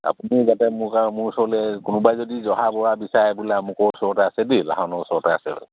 আপুনি যাতে মোৰ কাৰ মোৰ ওচৰলৈ কোনোবাই যদি জহা বৰা বিচাৰে বোলে আমুকৰ ওচৰতে আছে দেই লাহনৰ ওচৰতে আছে